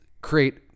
create